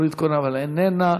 והיא תועבר לוועדת החינוך,